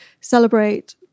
celebrate